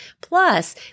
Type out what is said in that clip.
Plus